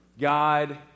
God